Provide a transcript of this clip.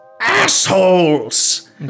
Assholes